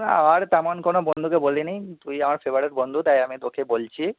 না আর তেমন কোনো বন্ধুকে বলিনি তুই আমার ফেভারিট বন্ধু তাই আমি তোকে বলছি